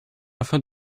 afin